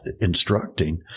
instructing